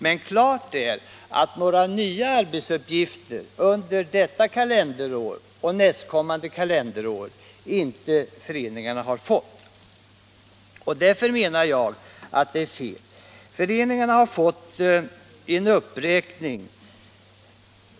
Men det är klart att föreningarna inte har fått några nya arbetsuppgifter under detta och nästkommande kalenderår. Därför menar jag att reservationen bygger på felaktiga antaganden. Föreningarnas anslag räknas upp.